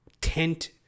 tent